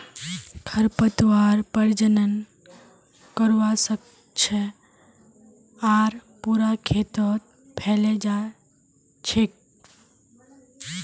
खरपतवार प्रजनन करवा स ख छ आर पूरा खेतत फैले जा छेक